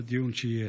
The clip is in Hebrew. בדיון שיהיה.